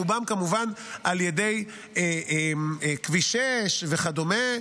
רובם כמובן על ידי כביש 6 וכדומה,